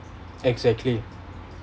exactly